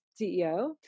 CEO